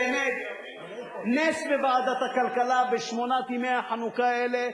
אתה באמת נס בוועדת הכלכלה לשידור בכלל בשמונת ימי החנוכה האלה,